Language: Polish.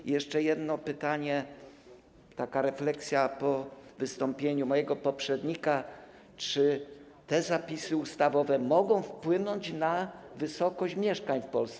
I jeszcze jedno pytanie, taka refleksja po wystąpieniu mojego poprzednika: Czy te zapisy ustawowe mogą wpłynąć na wysokość cen mieszkań w Polsce?